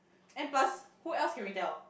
and plus who else can we tell